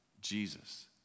Jesus